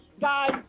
Guys